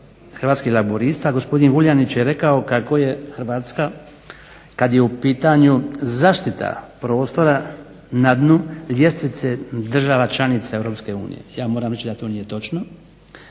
Hrvatskih laburista gospodin Vuljanić je rekao kako je Hrvatska kad je u pitanju zaštita prostora na dnu ljestvice država članica Europske unije. Ja moram reći da to nije točno,